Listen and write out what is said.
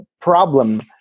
problem